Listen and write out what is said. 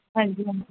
ਹਾਂਜੀ ਹਾਂਜੀ